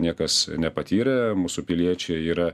niekas nepatyrė mūsų piliečiai yra